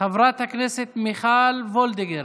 חברת הכנסת מיכל וולדיגר.